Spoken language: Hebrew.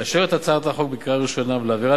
לאשר את הצעת החוק בקריאה ראשונה ולהעבירה